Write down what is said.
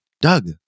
Doug